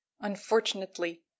unfortunately